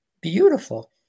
Beautiful